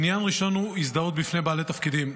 עניין ראשון הוא הזדהות בפני בעלי תפקידים.